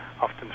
often